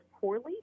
poorly